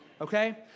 Okay